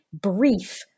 brief